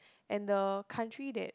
and the country that